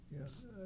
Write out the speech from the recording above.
Yes